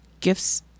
gifts